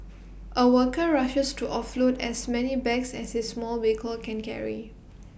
A worker rushes to offload as many bags as his small vehicle can carry